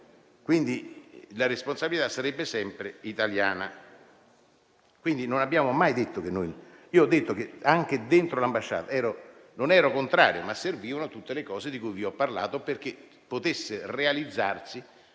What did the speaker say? quindi la responsabilità sarebbe sempre italiana. Io ho detto anche dentro l'ambasciata che non ero contrario, ma servivano tutte le cose di cui vi ho parlato perché potesse realizzarsi.